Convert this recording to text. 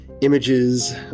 images